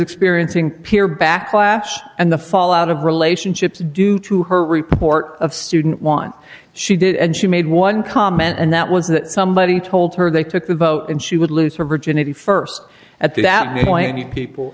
experiencing peer backlash and the fallout of relationships due to her report of student want she did and she made one comment and that was that somebody told her they took the vote and she would lose her virginity st at that point you people